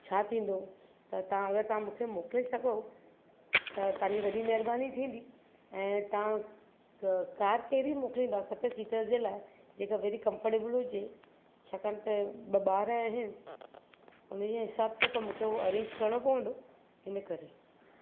छा थींदो त तव्हां अगरि मूंखे मोकिले सघो त तव्हांजी वॾी महिरबानी थींदी ऐं तव्हां क कार कहिड़ी मोकिलींदा सत सिटर्स जे लाइ जेका वेरी कम्फर्टेबल हुजे छाकाणि त ॿ ॿार आहिनि उनजे हिसाबु सां मूंखे उहो अरेंज करिणो पवंदो इन करे